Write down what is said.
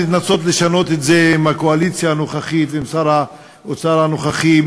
לנסות לשנות את זה עם הקואליציה הנוכחית ועם שר האוצר הנוכחי,